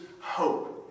hope